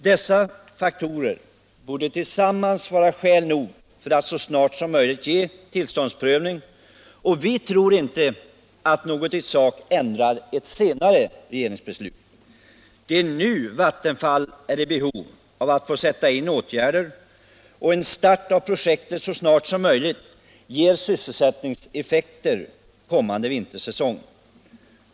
Dessa faktorer borde tillsammans vara skäl nog för att så snart som möjligt sätta i gång med tillståndsprövningen. Vi tror inte att något i sak ändrar ett senare regeringsbeslut. Det är nu Vattenfall är i behov av att få sätta in åtgärder, och en start av projektet så snart som möjligt ger sysselsättningseffekter för kommande vintersäsong.